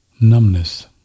Numbness